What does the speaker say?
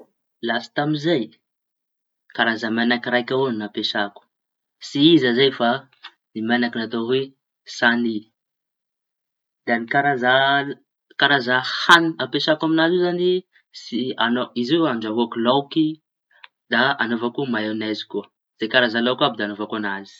Lasy tamizay karaza meñaky raiky avao ny ampiasaiko tsy iza zay fa i meñaky ny atao hoe sañi. Da amy karaza karaza hañi ampiasako amiñazy io zañy tsy añao. Izy io andrahoako laoky añaovako maiônezy koa, zay karaza lôky àby de añaovako añazy.